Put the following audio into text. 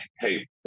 hey